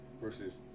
Versus